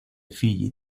fiyi